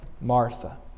Martha